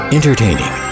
Entertaining